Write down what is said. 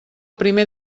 primer